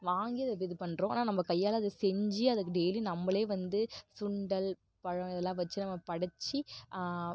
வாங்கி அது இது பண்ணுறோம் ஆனால் நம்ம கையால் அதை செஞ்சு அதை டெய்லியும் நம்மளே வந்து சுண்டல் பழம் இதெல்லாம் வெச்சு நம்ம படைச்சி